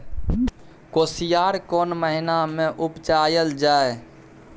कोसयार कोन महिना मे उपजायल जाय?